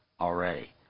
already